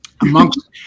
amongst